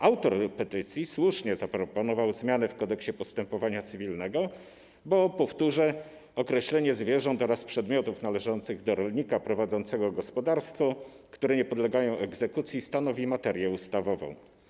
Autor petycji słusznie zaproponował zmiany w Kodeksie postępowania cywilnego, bo - przytoczę - określenie zwierząt oraz przedmiotów należących do rolnika prowadzącego gospodarstwo, które nie podlegają egzekucji, stanowi materię ustawową.